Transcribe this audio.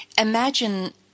Imagine